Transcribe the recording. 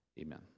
amen